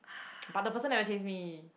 but the person never chase me